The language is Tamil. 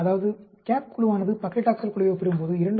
அதாவது CAP குழுவானது பக்லிடாக்சல் குழுவை ஒப்பிடும்போது 2